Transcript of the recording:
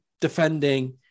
defending